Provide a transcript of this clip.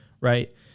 right